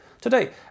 today